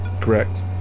Correct